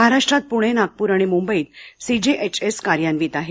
महाराष्ट्रात पुणे नागपूर आणि मुंबईत सीजीएचएस कार्यान्वित आहे